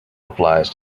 applies